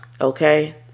Okay